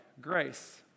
grace